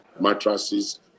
mattresses